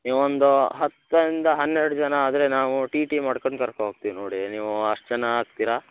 ನೀವು ಒಂದು ಹತ್ತರಿಂದ ಹನ್ನೆರಡು ಜನ ಆದರೆ ನಾವು ಟಿ ಟಿ ಮಾಡ್ಕಂಡು ಕರ್ಕೋ ಹೋಗ್ತಿವಿ ನೋಡಿ ನೀವು ಅಷ್ಟು ಜನ ಆಗ್ತೀರಾ